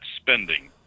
spending